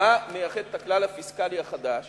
מה מייחד את הכלל הפיסקלי החדש